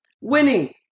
winning